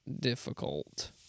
difficult